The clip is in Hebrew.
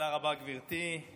תודה רבה, גברתי.